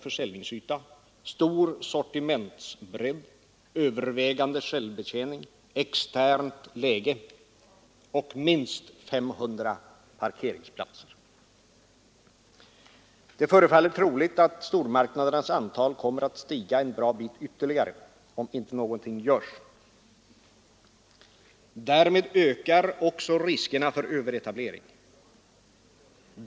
försäljningsyta, stor sortimentsbredd, övervägande självbetjäning, externt läge och minst 500 parkeringsplatser. Det förefaller troligt att stormarknadernas antal kommer att stiga ytterligare om inte någonting görs. Därmed ökar också riskerna för överetablering.